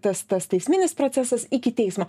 tas tas teisminis procesas iki teismo